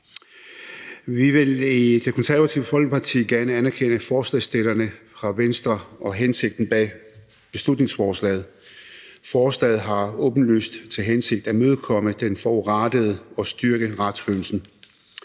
Vi vil i Det Konservative Folkeparti gerne anerkende forslagsstillerne fra Venstre og hensigten med beslutningsforslaget. Forslaget har åbenlyst til hensigt at imødekomme den forurettede og styrke retsfølelsen.